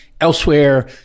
elsewhere